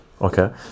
okay